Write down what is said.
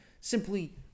simply